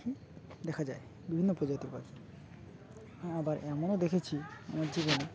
দেখা যায় বিভিন্ন প্রজাতির পাশ হ্যাঁ আবার এমনও দেখেছি আমার জীবনে